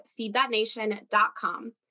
FeedThatNation.com